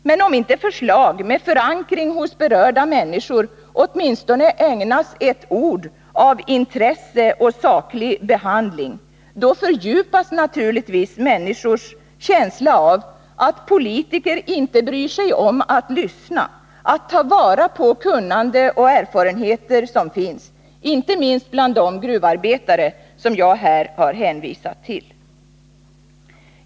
Men om inte förslag med förankring hos berörda människor ägnas ens ett ord av intresse och saklig behandling, fördjupas naturligtvis människors känsla av att politiker inte bryr sig om att lyssna, att ta vara på kunnande och erfarenheter som finns — i det här fallet inte minst bland de gruvarbetare som jag hänvisat till.